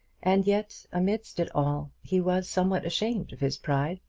and yet amidst it all he was somewhat ashamed of his pride.